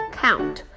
count